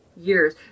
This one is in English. Years